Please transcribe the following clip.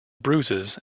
bruises